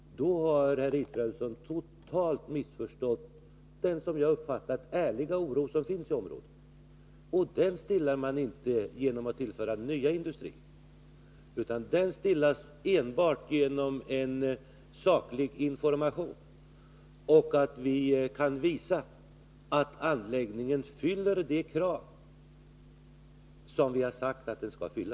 Då har herr Israelsson totalt missförstått den, som jag uppfattar den, ärliga oro som finns i området. Den stillar man inte genom att tillföra nya industrier, utan den stillar man enbart genom saklig information och genom att visa att anläggningen fyller de krav som vi har sagt att den skall göra.